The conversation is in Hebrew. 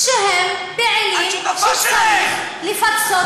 שהם פעילים שצריך לפצות את המשפחות שלהם.